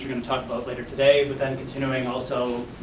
going to talk about later today but then continuing also,